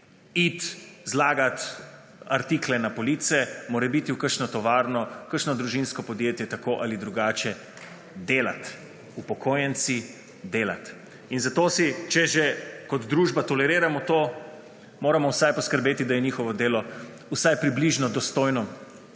iti zlagat artikle na police, morebiti v kakšno tovarno, v kakšno družinsko podjetje tako ali 92. TRAK: (VP) 17.00 (nadaljevanje) drugače delati. Upokojenci delati. In zato si, če že kot družba toleriramo to, moramo vsaj poskrbeti, da je njihovo delo vsaj približno dostojno